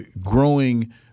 growing